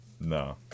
No